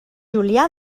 julià